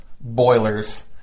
boilers